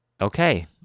okay